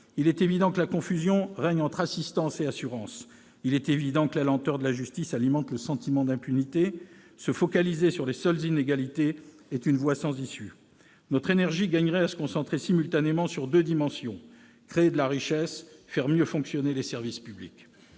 Il est évident que la confusion règne entre assistance et assurance. Il est évident que la lenteur de la justice alimente le sentiment d'impunité. Se focaliser sur les seules inégalités est une voie sans issue. Notre énergie gagnerait à se concentrer simultanément sur deux dimensions, créer de la richesse et faire mieux fonctionner les services publics.